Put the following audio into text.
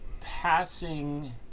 passing